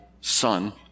son